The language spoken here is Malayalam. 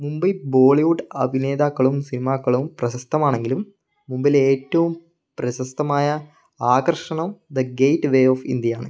മുബൈ ബോളിവുഡ് അഭിനേതാക്കളും സിനിമാക്കളൂം പ്രശസ്തമാണെങ്കിലും മുബൈയിലെ ഏറ്റവും പ്രശസ്തമായ ആകർഷണം ദ ഗേറ്റ് വേ ഓഫ് ഇന്ത്യയാണ്